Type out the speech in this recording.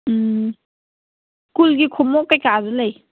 ꯎꯝ ꯁ꯭ꯀꯨꯜꯒꯤ ꯈꯣꯡꯎꯞ ꯀꯩꯀꯥꯁꯨ ꯂꯩ